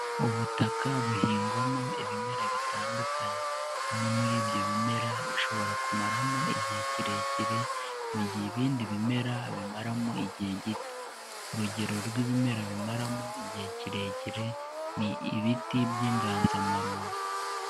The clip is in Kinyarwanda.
Ubutaka buhingwamo ibimera bitandukanye, bimwe muri ibyo bimera bishobora kumaramo igihe kirekire mu gihe ibindi bimera bimaramo igihe gito, urugero rw'ibimera bimaramo igihe kirekire ni ibiti by'inganzamarumbo.